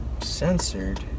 Censored